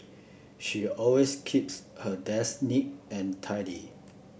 she always keeps her desk neat and tidy